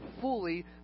fully